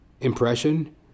impression